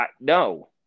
no